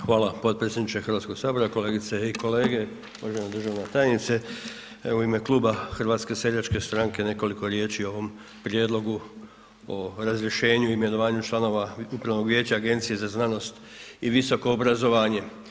Hvala potpredsjedniče Hrvatskog sabora, kolegice i kolege, uvažena državna tajnice evo u ime Kluba HSS-a nekoliko riječi i o ovom prijedlogu o razrješenju, imenovanju članova Upravnog vijeća Agencije za znanost i visoko obrazovanje.